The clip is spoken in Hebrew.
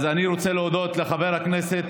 אז אני רוצה להודות לחבר הכנסת